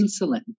insulin